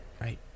right